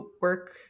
work